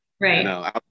Right